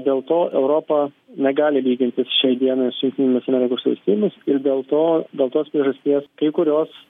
dėl to europa negali lygintis šiai dienai su jungtinėmis amerikos valstijomis ir dėl to dėl tos priežasties kai kurios